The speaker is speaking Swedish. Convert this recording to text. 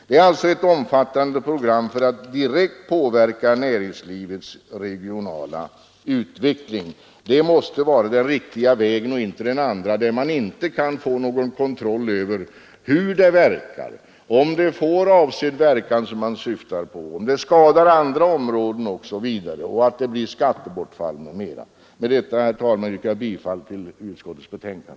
Det är alltså ett omfattande program för att direkt påverka näringslivets regionala utveckling. Det måste vara den riktiga vägen och inte den andra, där man inte kan få någon kontroll över hur åtgärderna verkar, om de har avsedd verkan, om de skadar andra områden, om det blir skattebortfall m.m. Med detta, herr talman, ber jag att få yrka bifall till utskottets hemställan.